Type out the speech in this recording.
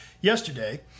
yesterday